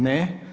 Ne.